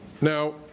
Now